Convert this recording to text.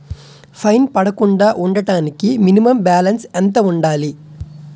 Fine పడకుండా ఉండటానికి minimum balance ఎంత ఉండాలి?